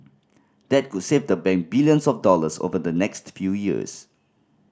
that could save the bank billions of dollars over the next few years